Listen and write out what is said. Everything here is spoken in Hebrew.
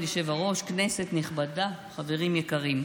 כבוד היושב-ראש, כנסת נכבדה, חברים יקרים,